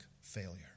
failure